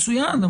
מצוין.